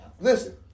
Listen